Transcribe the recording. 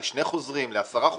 לשני חוזרים, לעשרה חוזרים?